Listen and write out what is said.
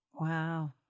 Wow